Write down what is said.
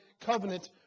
covenant